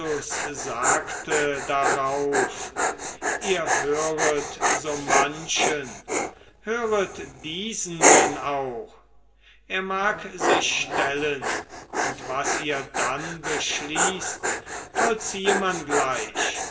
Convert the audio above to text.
sagte darauf ihr höret so manchen höret diesen denn auch er mag sich stellen und was ihr dann beschließt vollziehe man gleich